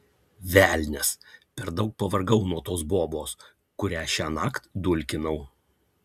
velnias per daug pavargau nuo tos bobos kurią šiąnakt dulkinau